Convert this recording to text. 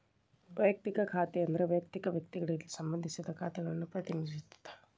ವಯಕ್ತಿಕ ಖಾತೆ ಅಂದ್ರ ವಯಕ್ತಿಕ ವ್ಯಕ್ತಿಗಳಿಗೆ ಸಂಬಂಧಿಸಿದ ಖಾತೆಗಳನ್ನ ಪ್ರತಿನಿಧಿಸುತ್ತ